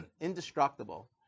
indestructible